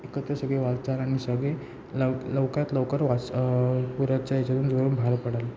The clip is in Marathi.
एकत्र सगळे वाचाल आणि सगळे लवकर लवकरात लवकर वाच पुराच्या ह्याच्यातून जोडून बाहेर पडाल